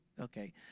Okay